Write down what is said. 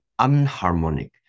unharmonic